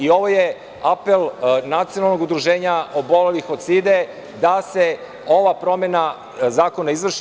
Ovo je apel Nacionalnog udruženja obolelih od side da se ova promena Zakona izvrši.